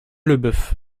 leboeuf